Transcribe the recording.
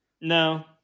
No